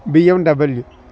BMW